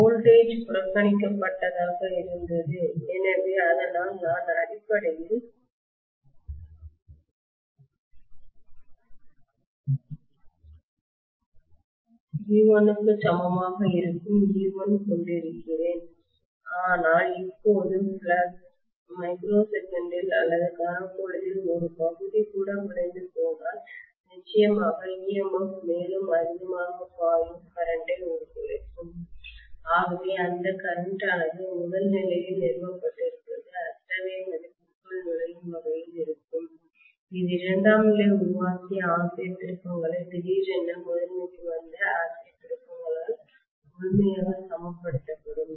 voltage drop புறக்கணிக்கப்பட்டதாக இருந்தது எனவே அதனால் நான் அடிப்படையில் V1 க்கு சமமாக இருக்கும் e1 கொண்டிருக்கிறேன் ஆனால் இப்போது ஃப்ளக்ஸ் மைக்ரோசெகண்டில் அல்லது கணப்பொழுதில் ஒரு பகுதி கூட குலைந்து போனால் நிச்சயமாக EMF மேலும் அதிகமாக பாயும் கரண்ட் ஐ உருக்குலைக்கும் ஆகவே அந்த கரண்ட் ஆனது முதல் நிலையில் நிறுவப்பட்டிருப்பது அத்தகைய மதிப்பிற்குள் நுழையும் வகையில் இருக்கும் இது இரண்டாம் நிலை உருவாக்கிய ஆம்பியர் திருப்பங்களை திடீரென முதன்மைக்கு வந்த ஆம்பியர் திருப்பங்களால் முழுமையாக சமப்படுத்தப்படும்